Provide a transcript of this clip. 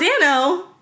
Dano